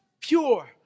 pure